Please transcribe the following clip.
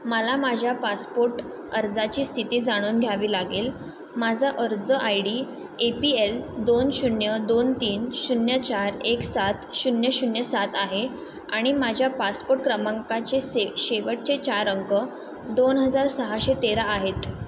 मला माझ्या पासपोट अर्जाची स्थिती जाणून घ्यावी लागेल माझा अर्ज I D A P L दोन शून्य दोन तीन शून्य चार एक सात शून्य शून्य सात आहे आणि माझ्या पासपोट क्रमांकाचे से शेवटचे चार अंक दोन हजार सहाशे तेरा आहेत